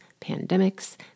pandemics